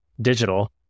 digital